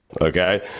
Okay